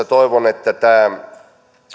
toivon että tämä